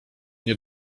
nie